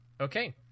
Okay